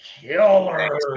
killer